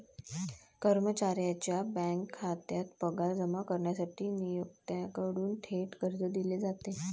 कर्मचाऱ्याच्या बँक खात्यात पगार जमा करण्यासाठी नियोक्त्याकडून थेट कर्ज दिले जाते